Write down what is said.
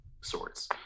sorts